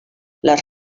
les